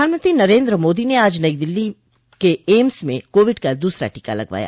प्रधानमंत्री नरेन्द्र मोदी ने आज नई दिल्ली के एम्स में कोविड का दसरा टीका लगवाया